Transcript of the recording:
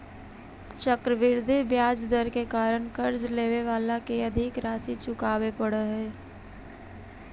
चक्रवृद्धि ब्याज दर के कारण कर्ज लेवे वाला के अधिक राशि चुकावे पड़ऽ हई